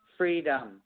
freedom